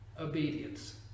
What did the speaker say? Obedience